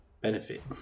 benefit